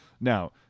Now